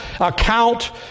account